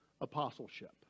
apostleship